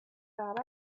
got